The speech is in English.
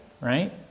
right